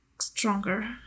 stronger